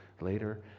later